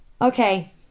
Okay